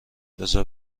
بزار